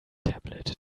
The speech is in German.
tablet